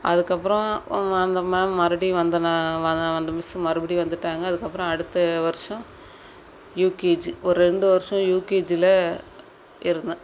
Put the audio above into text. அதுக்கப்புறம் அந்த மேம் மறுபடியும் வந்தோன அந்த மிஸ்ஸு மறுபடியும் வந்துவிட்டாங்க அதுக்கப்புறம் அடுத்த வருஷம் யூகேஜி ஒரு ரெண்டு வருஷம் யூகேஜியில் இருந்தேன்